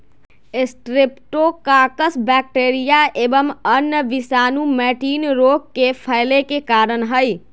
streptococcus bacteria एवं अन्य विषाणु मैटिन रोग के फैले के कारण हई